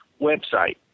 website